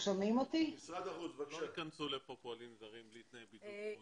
אבל לא ייכנסו לפה פועלים בלי תנאי בידוד.